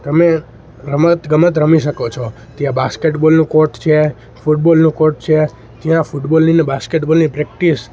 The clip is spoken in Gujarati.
તમે રમત ગમત રમી શકો છો ત્યાં બાસ્કેટબોલનું કોર્ટ છે ફૂટબોલનું કોર્ટ છે જ્યાં ફૂટબોલની ને બાસ્કેટ બોલની પ્રેક્ટિસ